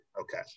okay